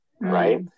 right